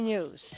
News